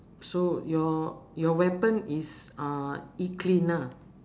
so your your weapon is uh eat clean ah